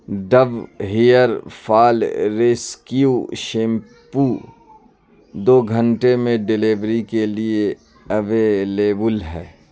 do hair fall rescue shampoo دو گھنٹے میں ڈیلیوری کے لیے اویلیبل ہے